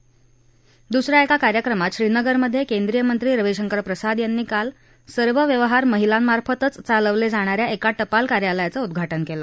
तर दुसऱ्या एका कार्यक्रमात श्रीनगरमध्ये केंद्रीय मंत्री रविशंकर प्रसाद यांनी काल सर्व व्यवहार महिलांमार्फतच चालवले जाणाऱ्या एका टपाल कार्यालयाचं उद्घाटन केलं